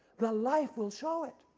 the life will show it.